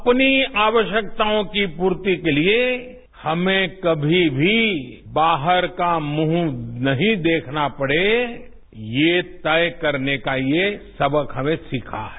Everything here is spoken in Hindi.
अपनी आवश्यकताओं की पूर्ति के लिए हमें कभी भी बाहर का मुंह नहीं देखना पड़ेए ये तय करने का ये सबक हमने सीखा है